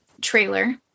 trailer